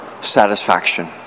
satisfaction